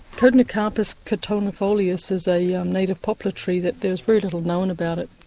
codonocarpus cotinifolius is a yeah um native poplar tree that there's very little known about it.